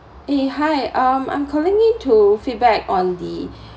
eh hi um I'm calling in to feedback on the